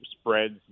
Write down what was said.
spreads